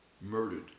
murdered